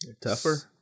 Tougher